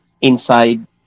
inside